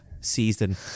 season